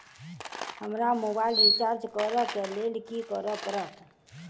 हमरा mobile recharge करऽ केँ लेल की करऽ पड़त?